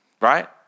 right